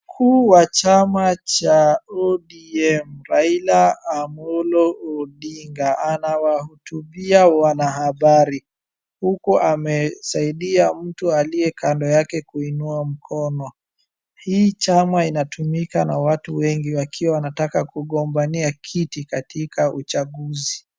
Mkuu wa chama cha ODM Raila Amolo Odinga anawahutubia wanahabari, huku amesaidia mtu aliye kando yake kuinua mkono. Hii chama inatumika na watu wengi wakiwa wanataka kugombea kiti katika uchaguzi.